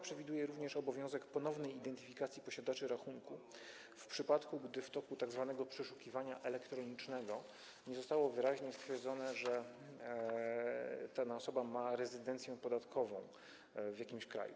przewiduje również obowiązek ponownej identyfikacji posiadaczy rachunku w przypadku, gdy w toku tzw. przeszukiwania elektronicznego nie zostało wyraźnie stwierdzone, że dana osoba ma rezydencję podatkową w jakimś kraju.